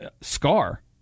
scar